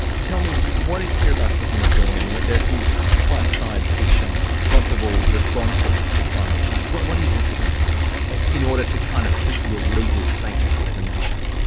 tell me, what is kiribati looking at doing? i mean, there are some quite science fiction possible responses to climate change. what what are you considering in order to kind of keep your legal status as a nation?